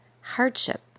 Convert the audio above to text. hardship